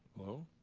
hello?